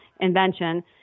invention